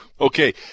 Okay